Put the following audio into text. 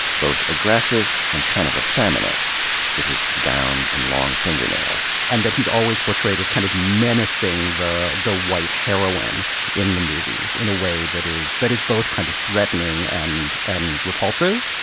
both aggressive and kind of effeminate, with his gown and long fingernails. and that he's always portrayed as kind of menacing the the white heroine in the movies, in a way that is that is both kind of threatening and and repulsive.